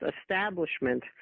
establishment